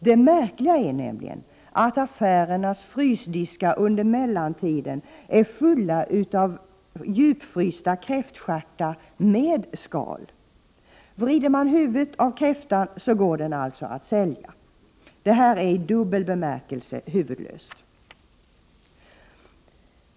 Det märkliga är nämligen att affärernas frysdiskar under mellantiden är fulla av djupfrysta kräftstjärtar — med skal. Vrider man huvudet av kräftan så går den att sälja! Detta är i dubbel bemärkelse huvudlöst.